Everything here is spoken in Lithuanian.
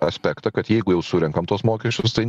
aspektą kad jeigu jau surenkam tuos mokesčius tai